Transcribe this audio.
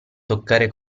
toccare